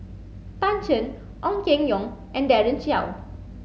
Tan Shen Ong Keng Yong and Daren Shiau